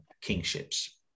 kingships